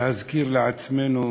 להזכיר לעצמנו